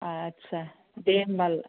आदसा दे होम्बालाय